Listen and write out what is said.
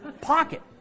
pocket